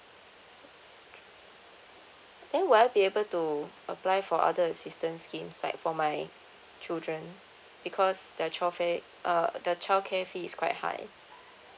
then will I be able to apply for other assistance schemes like for my children because the childcare uh the childcare fee is quite high